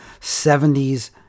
70s